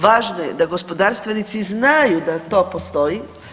Važno je da gospodarstvenici znaju da to postoji.